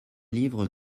livres